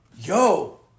yo